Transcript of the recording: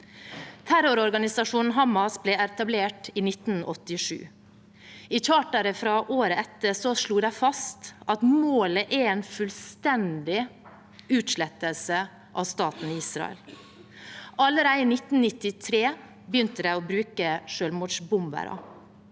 Terrororganisasjonen Hamas ble etablert i 1987. I charteret fra året etter slo de fast at målet er en fullstendig utslettelse av staten Israel. Allerede i 1993 begynte de å bruke selvmordsbombere.